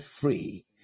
free